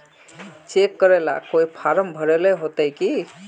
Cheque करेला कोई form भरेले होते की?